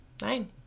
Nine